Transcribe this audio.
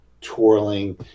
twirling